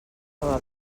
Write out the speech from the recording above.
roba